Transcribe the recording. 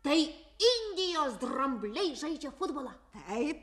tai indijos drambliai žaidžia futbolą